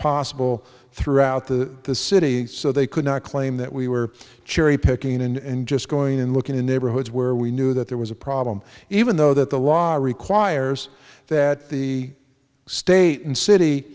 possible throughout the city so they could not claim that we were cherry picking and just going in looking in neighborhoods where we knew that there was a problem even though that the law requires that the state and city